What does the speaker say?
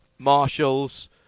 marshals